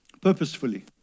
Purposefully